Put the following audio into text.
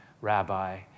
rabbi